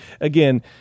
again